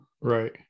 Right